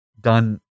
Done